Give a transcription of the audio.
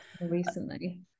recently